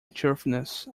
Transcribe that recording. cheerfulness